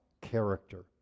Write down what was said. character